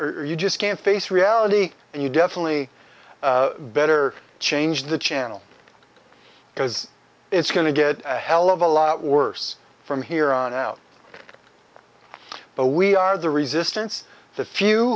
are you just can't face reality and you definitely better change the channel because it's going to get a hell of a lot worse from here on out but we are the resistance the few